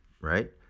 right